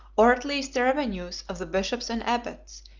or at least the revenues, of the bishops and abbots,